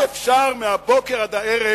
אי-אפשר מהבוקר עד הערב